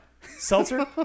Seltzer